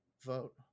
vote